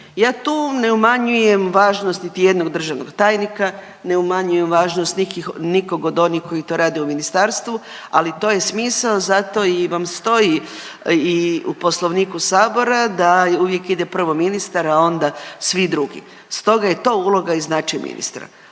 Ja tu ne umanjujem važnost niti jednog državnog tajnika, ne umanjujem važnost nikog od onih koji to rade u ministarstvu, ali to je smisao zato vam i stoji i u poslovniku sabora da uvijek ide prvo ministar, a onda svi drugi. Stoga je to uloga i značaj ministra.